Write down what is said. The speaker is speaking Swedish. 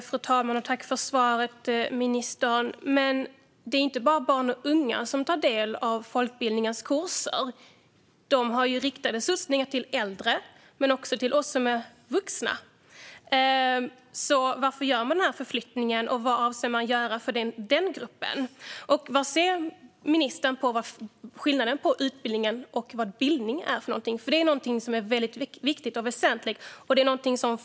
Fru talman! Tack för svaret, ministern! Men det är inte bara barn och unga som tar del av folkbildningens kurser. Folkbildningen har riktade satsningar till äldre men också till oss andra vuxna. Så varför gör man den här förflyttningen, och vad avser man att göra för denna grupp? Och hur ser ministern på skillnaden mellan utbildning och bildning? Det är någonting som är väldigt viktigt och väsentligt.